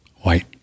white